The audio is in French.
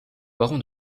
baron